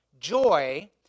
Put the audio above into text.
Joy